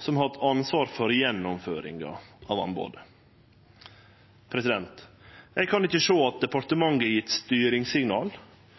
som har hatt ansvar for gjennomføringa av anbodet. Eg kan ikkje sjå at departementet har gjeve styringssignal